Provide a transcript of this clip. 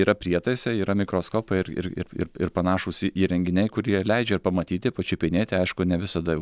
yra prietaisai yra mikroskopai ir ir ir ir ir panašūs į įrenginiai kurie leidžia pamatyti pačiupinėti aišku ne visada